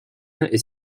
est